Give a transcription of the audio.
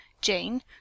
Jane